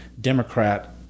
Democrat